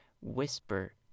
whisper